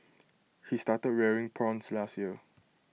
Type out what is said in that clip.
he started rearing prawns last year